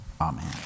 Amen